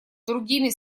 другими